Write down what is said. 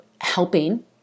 helping